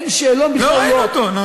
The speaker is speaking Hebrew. אין שאלון בכלל.